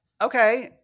Okay